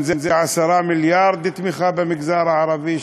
אם זה 10 מיליארד תמיכה במגזר הערבי,